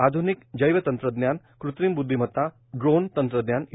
आधुनिक जैवतंत्रज्ञान कृत्रिम बुद्धिमत्ता ड्रोन तंत्रज्ञान इ